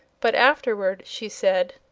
but afterward she said